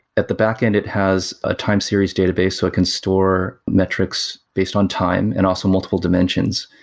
at the backend, it has a time series database so it can store metrics based on time and also multiple dimensions.